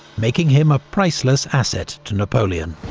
making him a priceless asset to napoleon.